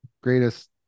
Greatest